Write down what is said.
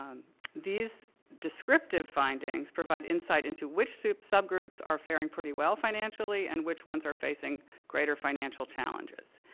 these descriptive findings provide insight into which so subgroups are faring pretty well financially and which ones are facing greater financial challenges.